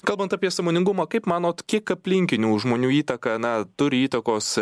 kalbant apie sąmoningumą kaip manot kiek aplinkinių žmonių įtaką na turi įtakos